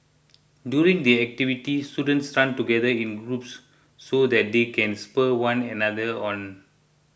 during the activity students run together in groups so that they can spur one another on